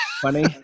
Funny